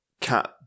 cat